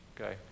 okay